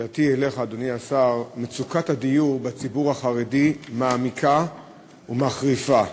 מצוקת הדיור בציבור החרדי מעמיקה ומחריפה,